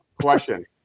Question